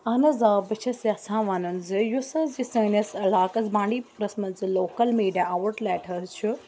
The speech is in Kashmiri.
اہن حظ آ بہٕ چھَس یَژھان وَنُن زِ یُس حظ یہِ سٲنِس علاقَس بانٛڈی پوٗرَس منٛز یہِ لوکَل میٖڈیا آوُٹ لٮ۪ٹ حظ چھُ